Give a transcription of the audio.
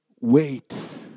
wait